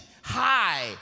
high